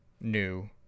new